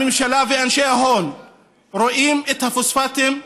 הממשלה ואנשי ההון רואים את הפוספטים,